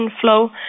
flow